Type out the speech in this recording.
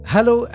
Hello